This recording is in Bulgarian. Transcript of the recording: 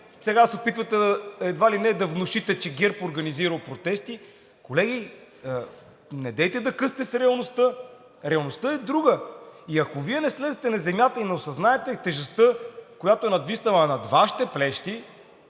сега се опитвате едва ли не да внушите, че ГЕРБ е организирал протести… Колеги, недейте да късате с реалността. Реалността е друга. И ако Вие не слезете на земята и не осъзнаете тежестта, която е надвиснала над Вашите плещи,